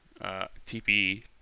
TPE